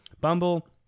Bumble